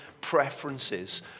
preferences